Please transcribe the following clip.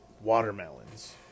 watermelons